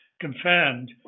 confirmed